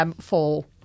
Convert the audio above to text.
fall